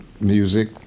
music